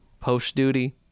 Post-duty